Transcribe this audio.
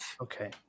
Okay